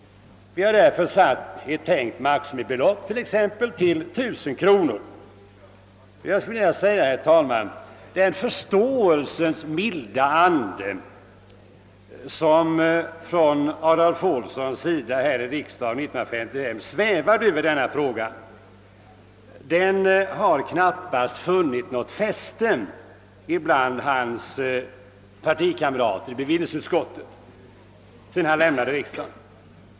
Vi har därför föreslagit ett maximibelopp på t.ex. 1000 kronor. Den förståelsens milda ande som från Adolv Olssons sida svävade över denna fråga har knappast funnit något fäste bland hans partikamrater i bevillningsutskottet sedan han lämnade riksdagen.